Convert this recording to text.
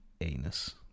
anus